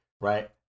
right